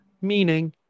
Meaning